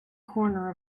corner